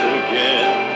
again